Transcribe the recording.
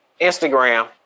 Instagram